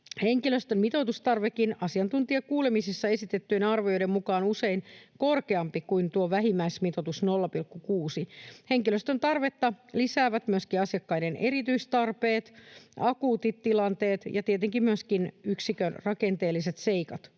henkilöstön mitoitustarvekin asiantuntijakuulemisissa esitettyjen arvioiden mukaan usein korkeampi kuin tuo vähimmäismitoitus 0,6. Henkilöstön tarvetta lisäävät myöskin asiakkaiden erityistarpeet, akuutit tilanteet ja tietenkin myöskin yksikön rakenteelliset seikat.